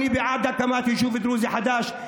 אני בעד הקמת יישוב דרוזי חדש,